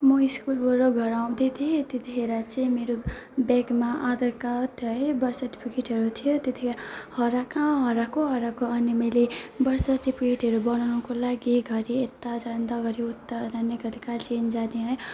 म स्कुलबाट घर आउँदै थिएँ त्यतिखेर चाहिँ मेरो ब्यागमा आधार कार्ड थियो है बर्थ सर्टिफिकेटहरू थियो त्यतिखेर हरा कहाँ हराएको हराएको अनि मैले बर्थ सर्टिफिकेटहरू बनाउनुको लागि घरि यता जाँदा घरि उता जाँदा घरि कालचिनी जाने है